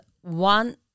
one